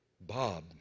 Bob